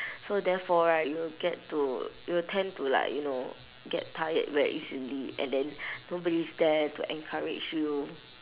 so therefore right you'll get to you'll tend to like you know get tired very easily and then nobody's there to encourage you